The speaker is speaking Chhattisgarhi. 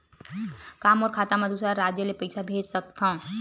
का मोर खाता म दूसरा राज्य ले पईसा भेज सकथव?